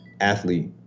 athlete